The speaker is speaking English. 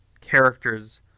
characters